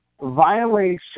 violation